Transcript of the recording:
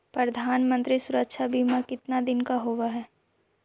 प्रधानमंत्री मंत्री सुरक्षा बिमा कितना दिन का होबय है?